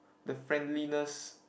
the friendliness